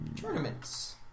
Tournaments